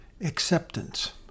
acceptance